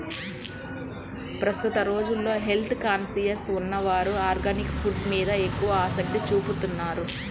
ప్రస్తుత రోజుల్లో health conscious ఉన్నవారు ఆర్గానిక్ ఫుడ్స్ మీద ఎక్కువ ఆసక్తి చూపుతున్నారు